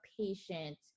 patient